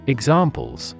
Examples